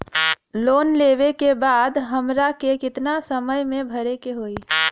Loan लेवे के बाद हमरा के कितना समय मे भरे के होई?